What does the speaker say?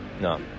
No